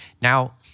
Now